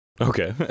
Okay